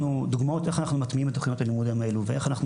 דוגמאות של איך אנחנו מטמיעים את הלימודים האלו ואיך אנחנו